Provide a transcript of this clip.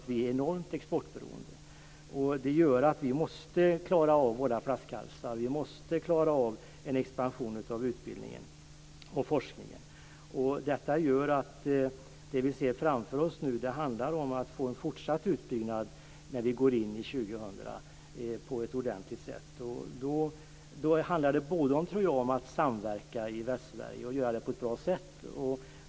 Vi är enormt exportberoende. Det gör att vi måste klara av våra flaskhalsar. Vi måste klara av en expansion av utbildningen och forskningen. Detta gör att det vi ser framför oss nu handlar om att på ett ordentligt sätt få en fortsatt utbyggnad när vi går in i 2000-talet. Jag tror att det handlar om att samverka i Västsverige och att göra det på ett bra sätt.